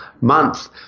month